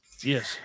yes